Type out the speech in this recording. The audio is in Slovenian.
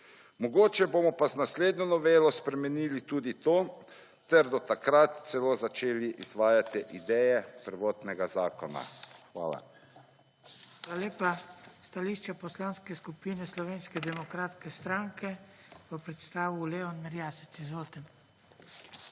Mogoče bomo pa z naslednjo novelo spremenili tudi to ter do takrat celo začeli izvajati ideje prvotnega zakona. Hvala. **45. TRAK: